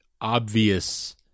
obvious